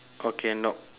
okay no